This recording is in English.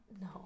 No